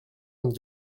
vingt